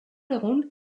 egun